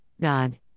God